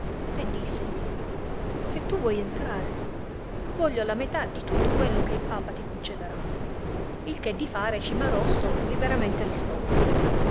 e dissegli se tu vuoi entrare voglio la metà di tutto quello che il papa ti concederà il che di fare cimarosto liberamente rispose